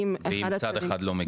ואם צד אחד לא מגיע?